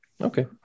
okay